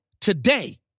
today